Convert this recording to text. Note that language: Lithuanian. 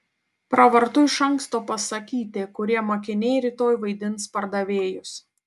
pravartu iš anksto pasakyti kurie mokiniai rytoj vaidins pardavėjus